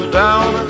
down